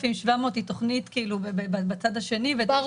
3700 היא תוכנית בצד השני, וגם שם יש ריבוי בעלים.